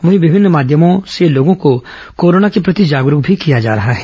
वहीं विभिन्न माध्यमों से लोगों को कोरोना के प्रति जागरूक भी किया जा रहा है